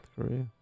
Korea